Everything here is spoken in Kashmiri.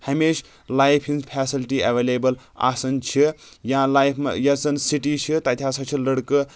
ہمیشہِ لایف ہِنٛز فیسلٹی ایٚولیبٕل آسان چھِ یا لایف یۄس زَن سِٹی چھِ تَتہِ ہسا چھُ لڑکہٕ